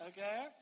Okay